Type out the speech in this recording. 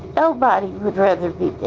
nobody would rather be